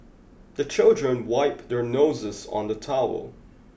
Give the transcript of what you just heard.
the children wipe their noses on the towel